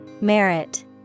Merit